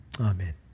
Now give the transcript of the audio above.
Amen